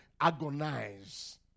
agonize